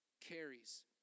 Carries